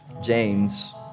james